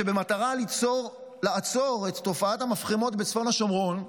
שבמטרה לעצור את תופעת המפחמות בצפון השומרון,